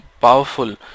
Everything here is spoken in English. powerful